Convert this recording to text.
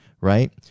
right